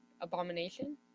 abomination